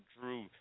drew